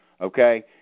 okay